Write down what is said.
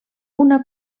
una